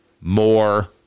more